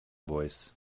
voice